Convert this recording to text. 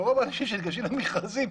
ורוב האנשים שניגשים למכרזים,